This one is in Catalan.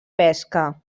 pesca